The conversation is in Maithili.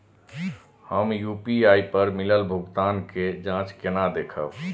हम यू.पी.आई पर मिलल भुगतान के जाँच केना देखब?